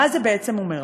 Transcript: מה זה בעצם אומר לנו?